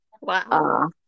Wow